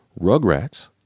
Rugrats